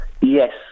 Yes